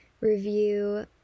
review